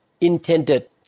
intended